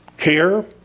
Care